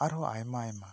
ᱟᱨᱦᱚᱸ ᱟᱭᱢᱟ ᱟᱭᱢᱟ ᱟᱨ